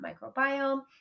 microbiome